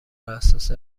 اساس